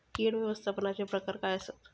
कीड व्यवस्थापनाचे प्रकार काय आसत?